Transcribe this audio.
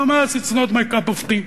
ה"חמאס" is not my cup of tea.